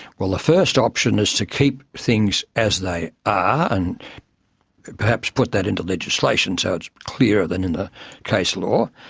well, the first option is to keep things as they are, and perhaps put that into legislation so it's clearer than in the case law.